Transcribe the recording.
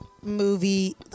movie